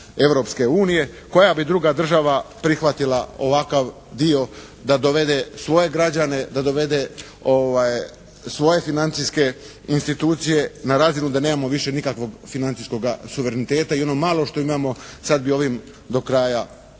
koja bi druga država prihvatila ovakav dio da dovede svoje građane, da dovede svoje financijske institucije na razinu da nemamo više nikakvog financijskog suvereniteta i ono malo što imamo sada bi ovim do kraja izgubili.